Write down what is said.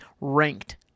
ranked